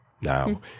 now